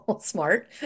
Smart